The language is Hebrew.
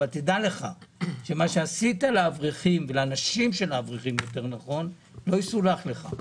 אבל תדע לך שמה שעשית לאברכים ולנשים של האברכים יותר נכון לא יסולח לך.